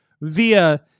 via